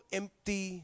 empty